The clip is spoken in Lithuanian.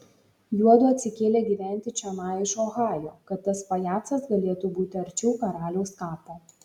juodu atsikėlė gyventi čionai iš ohajo kad tas pajacas galėtų būti arčiau karaliaus kapo